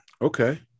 Okay